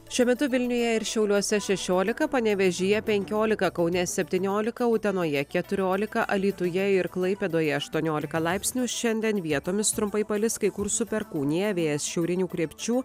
šiuo metu vilniuje ir šiauliuose šešiolika panevėžyje penkiolika kaune septyniolika utenoje keturiolika alytuje ir klaipėdoje aštuoniolika laipsnių šiandien vietomis trumpai palis kai kur su perkūnija vėjas šiaurinių krypčių